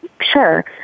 Sure